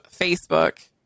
Facebook